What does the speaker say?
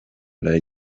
araya